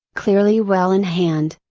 clearly well in hand.